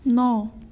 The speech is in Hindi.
नौ